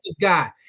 God